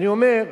אני אומר,